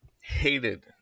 hated